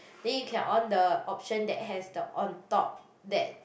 then you can on the option that has the on top that